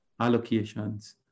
allocations